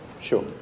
Sure